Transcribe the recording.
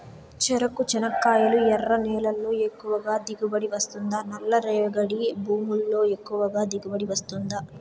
చెరకు, చెనక్కాయలు ఎర్ర నేలల్లో ఎక్కువగా దిగుబడి వస్తుందా నల్ల రేగడి భూముల్లో ఎక్కువగా దిగుబడి వస్తుందా